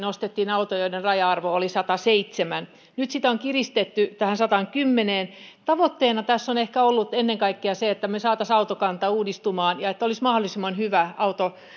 ostettiin autoja joiden päästöt olivat keskimäärin sataseitsemän grammaa kilometriä kohden nyt sitä on kiristetty tähän sataankymmeneen tavoitteena tässä on ehkä ollut ennen kaikkea se että me saisimme autokannan uudistumaan ja että olisi mahdollisimman hyvä